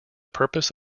purpose